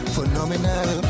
Phenomenal